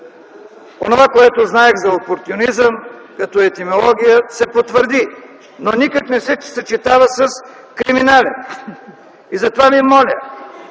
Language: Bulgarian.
Онова, което знаех за опортюнизъм като етимология, се потвърди, но никак не се съчетава с „криминален”. Затова Ви моля